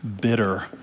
bitter